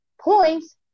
points